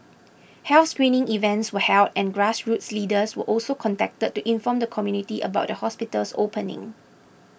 health screening events were held and grassroots leaders were also contacted to inform the community about the hospital's opening